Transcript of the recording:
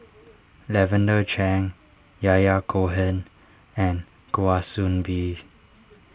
Lavender Chang Yahya Cohen and Kwa Soon Bee